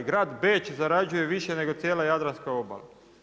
Grad Beč zarađuje više nego cijela Jadranska obala.